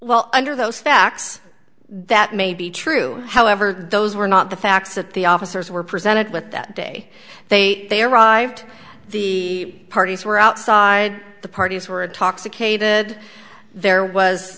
well under those facts that may be true however those were not the facts that the officers were presented with that day they they arrived the parties were outside the parties were a toxic aided there was